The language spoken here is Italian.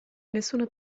nessuna